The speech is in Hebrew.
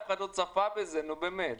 נו באמת,